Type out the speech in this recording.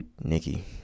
Nikki